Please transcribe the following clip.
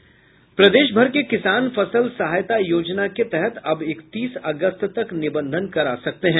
प्रदेश भर के किसान फसल सहायता योजना के तहत अब इकतीस अगस्त तक निबंधन करा सकते हैं